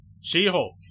She-Hulk